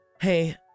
hey